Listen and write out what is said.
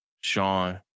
Sean